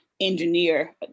engineer